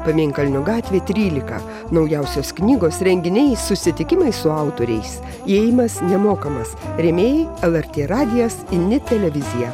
pamėnkalnio gatvė trylika naujausios knygos renginiai susitikimai su autoriais įėjimas nemokamas rėmėjai lrt radijas init televizija